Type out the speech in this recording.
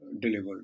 Delivered